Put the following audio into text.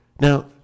Now